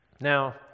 Now